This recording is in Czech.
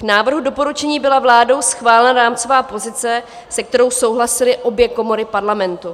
K návrhu doporučení byla vládou schválena rámcová pozice, se kterou souhlasily obě komory Parlamentu.